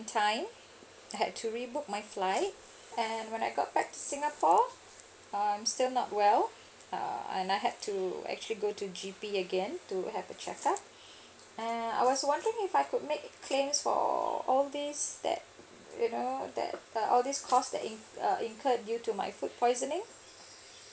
time I had to rebook my flight and when I got back to singapore um I still not well uh and I had to actually go to G_P again to have a check up uh I was wondering if I could make claims for all these that you know that uh all these cause that incurred due to my food poisoning